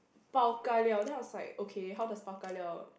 bao ka liao then I was like okay how does bao ka liao